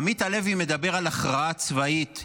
עמית הלוי מדבר על הכרעה צבאית,